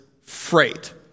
freight